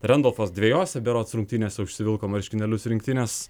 rendolfas dvejose berods rungtynese užsivilko marškinėlius rinktinės